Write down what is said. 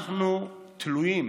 אנחנו תלויים,